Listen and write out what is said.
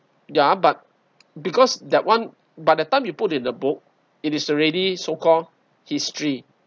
ya but because that one by the time you put in a book it is already so called history